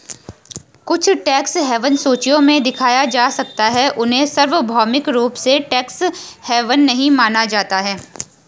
कुछ tax haven सूचियों में दिखाया जा सकता है, उन्हें सार्वभौमिक रूप से टैक्स हेवन नहीं माना जाता है